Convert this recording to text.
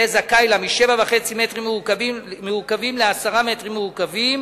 זכאי לה מ-7.5 מטרים מעוקבים ל-10 מטרים מעוקבים,